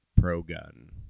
pro-gun